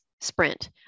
sprint